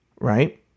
right